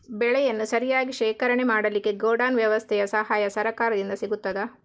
ಬೆಳೆಯನ್ನು ಸರಿಯಾಗಿ ಶೇಖರಣೆ ಮಾಡಲಿಕ್ಕೆ ಗೋಡೌನ್ ವ್ಯವಸ್ಥೆಯ ಸಹಾಯ ಸರಕಾರದಿಂದ ಸಿಗುತ್ತದಾ?